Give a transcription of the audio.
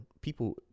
people